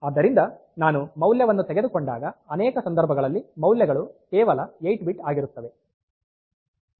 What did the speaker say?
ಆದ್ದರಿಂದ ನಾನು ಮೌಲ್ಯವನ್ನು ತೆಗೆದುಕೊಂಡಾಗ ಅನೇಕ ಸಂದರ್ಭಗಳಲ್ಲಿ ಮೌಲ್ಯಗಳು ಕೇವಲ 8 ಬಿಟ್ ಆಗಿರುತ್ತವೆ